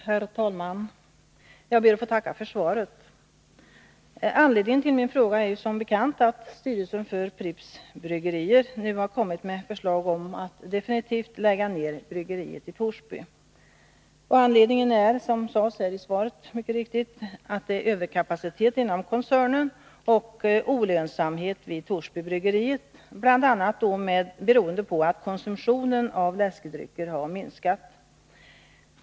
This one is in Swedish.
Herr talman! Jag ber att få tacka för svaret. Anledningen till min fråga är att styrelsen för Pripps Bryggerier som bekant nu har lagt fram ett förslag om att definitivt lägga ner bryggeriet i Torsby. Som mycket riktigt sades i svaret är anledningen överkapacitet inom koncernen och olönsamhet vid Torsbybryggeriet, bl.a. beroende på att konsumtionen av läskedrycker har minskat.